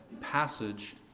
passage